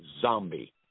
zombie